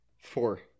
Four